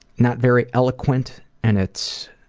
not very eloquent and it's